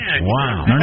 Wow